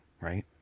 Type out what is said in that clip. right